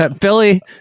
Billy